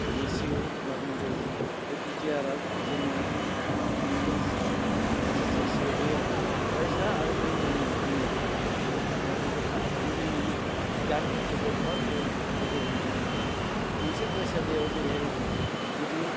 ratio होनना बुंनाय जायो बे पिटिआरआ जोंनि पिउपोल टिचार्सस रेसिय' बे फरायसा आरो फोरोंगिरिनि जिखिनि रुजु जखा बे जोंनि गामि ओनसोल बा गोबां गोहोम खोख्लैनायखौ जों नुनो मोनदों गंसे फरायसालियाव जेरैहाय जुदि